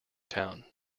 town